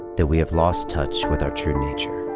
that we have lost touch with our true nature.